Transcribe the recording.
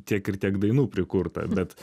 tiek ir tiek dainų prikurta bet